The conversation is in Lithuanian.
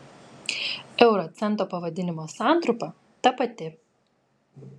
euro cento pavadinimo santrumpa ta pati